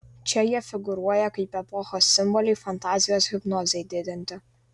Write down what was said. čia jie figūruoja kaip epochos simboliai fantazijos hipnozei didinti